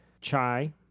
chai